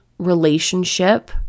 relationship